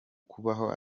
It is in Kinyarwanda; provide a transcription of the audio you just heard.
kubaho